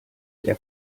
der